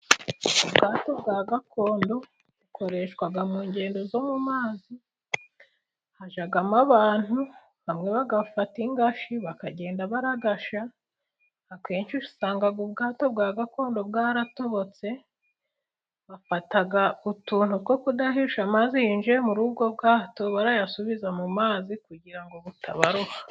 Ubwato bwa gakondo, bukoreshwa mu ngendo zo mu mazi, hajyamo abantu, bamwe bagafata ingashi bakagenda baragasha, akenshi usanga ubwato bwa gakondo bwaratobotse, bafata utuntu two kudahisha amazi yinjiye muri ubwo bwato barayasubiza mu mazi, kugira ngo butabaroha.